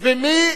ומי